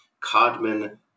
Codman